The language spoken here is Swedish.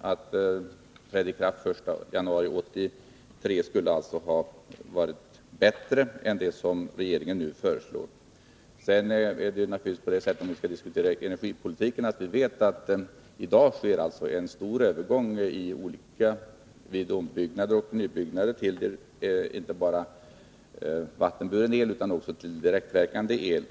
att reglerna skall träda i kraft den 1 januari 1983 skulle alltså ha varit bättre än det som regeringen nu föreslår. Om vi nu skall diskutera energipolitiken vill jag säga att vi vet att det i dag vid ombyggnader och nybyggnader i stor utsträckning sker en övergång inte bara till vattenburen el utan också till direktverkande el.